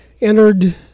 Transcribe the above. entered